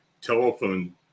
telephone